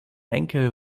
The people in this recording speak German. enkel